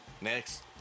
Next